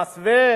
במסווה